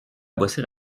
bosser